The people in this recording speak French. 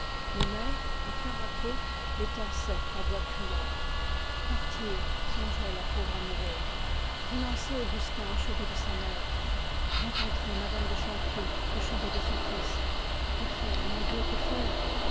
les mères les tançaient à voix criardes partir songeait la pauvre amoureuse relancer augustin au chevet de sa mère rencontrer mme de chanteprie au chevet de son fils que faire mon dieu que faire